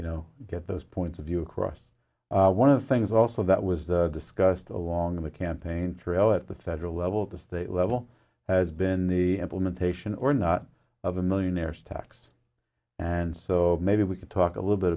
you know get those points of view across one of the things also that was discussed along the campaign trail at the federal level the state level has been the implementation or not of a millionaire's tax and so maybe we could talk a little bit